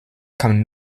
kam